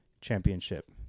championship